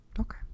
Okay